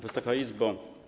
Wysoka Izbo!